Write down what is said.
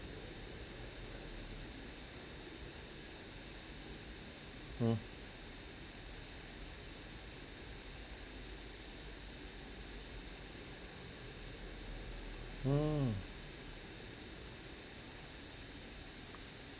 mm mm